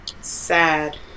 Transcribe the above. Sad